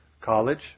college